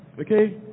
okay